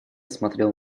смотрел